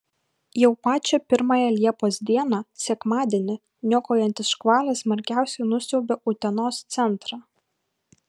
jau pačią pirmąją liepos dieną sekmadienį niokojantis škvalas smarkiausiai nusiaubė utenos centrą